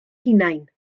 hunain